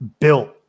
built